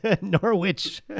Norwich